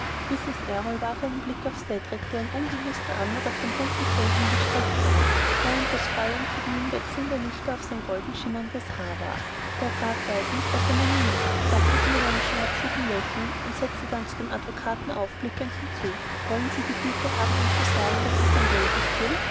errol warf einen blick auf cedrik der mit unbewußter anmut auf dem bunten fell hingestreckt lag während das feuer im kamin wechselnde lichter auf sein golden schimmerndes haar warf der graf weiß nicht was er mir nimmt sagte sie mit schmerzlichem lächeln und setzte dann zu dem advokaten aufblickend hinzu wollen sie die güte haben ihm zu sagen daß ich sein geld nicht will